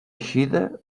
eixida